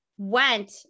went